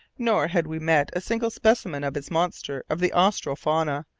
nor had we met a single specimen of his monster of the austral fauna,